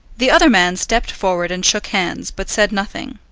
the other man stepped forward and shook hands, but said nothing.